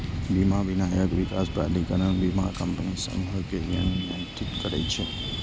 बीमा विनियामक विकास प्राधिकरण बीमा कंपनी सभकें नियंत्रित करै छै